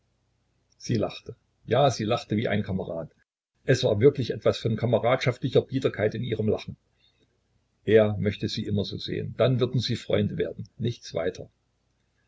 sie lachte ja sie lachte wie ein kamerad es war wirklich etwas von kameradschaftlicher biederkeit in ihrem lachen er möchte sie immer so sehen dann würden sie freunde werden nichts weiter